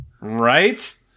Right